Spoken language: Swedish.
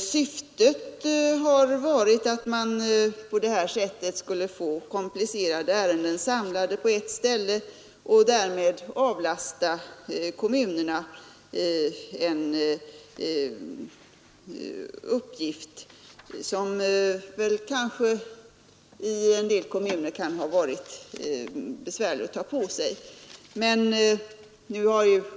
Syftet har varit att man på detta sätt skulle få komplicerade ärenden samlade på ett ställe och därmed avlasta kommunerna en uppgift som en del av dem kanske har haft svårt att ta på sig.